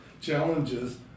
challenges